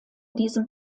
diesem